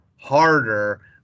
harder